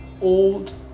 old